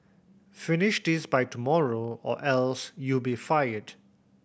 finish this by tomorrow or else you'll be fired